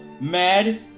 mad